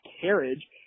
carriage